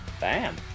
bam